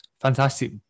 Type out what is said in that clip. Fantastic